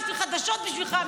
יש לי חדשות בשבילך,